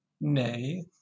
Nay